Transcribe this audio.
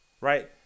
right